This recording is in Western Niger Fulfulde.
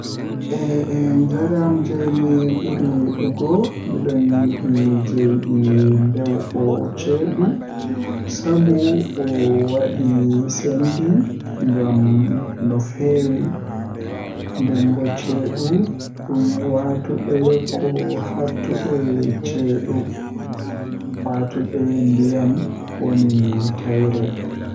Eh njaram jei mi ɓuri yiɗugo Miɗo yiɗi jeyɗi ndewbo ceedu sabu o waɗi seŋndi ngam no feewi. Ndewbo ceedu ɗum waɗtude ko haɗtude ceedu, waɗtude ndiyam woni taƴre.